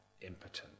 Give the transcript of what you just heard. impotent